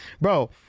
Bro